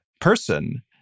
person